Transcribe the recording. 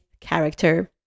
character